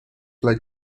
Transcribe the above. like